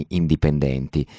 indipendenti